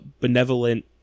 benevolent